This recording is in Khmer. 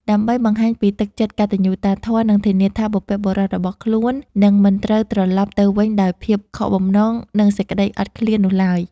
ដើម្បីបង្ហាញពីទឹកចិត្តកតញ្ញូតាធម៌ និងធានាថាបុព្វបុរសរបស់ខ្លួននឹងមិនត្រូវត្រឡប់ទៅវិញដោយភាពខកបំណង និងសេចក្ដីអត់ឃ្លាននោះឡើយ។